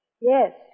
Yes